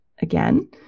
again